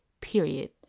period